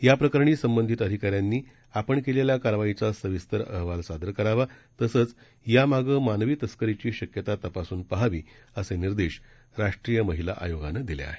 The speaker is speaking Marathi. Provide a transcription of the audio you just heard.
या प्रकरणी संबंधित अधिकाऱ्यांनी आपण केलेल्या कारवाईचा सविस्तर अहवाल सादर करावा तसंच यामागे मानवी तस्करीची शक्यता तपासून पाहावी असे निर्देश राष्ट्रीय महिला आयोगानं दिले आहेत